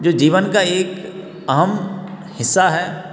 जो जीवन का एक अहम हिस्सा है